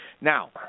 Now